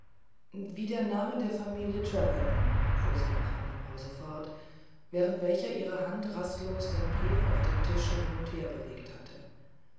wie der name der familie treverton fuhr sie nach einer pause fort während welcher ihre hand rastlos den brief auf dem tische hin und her bewegt hatte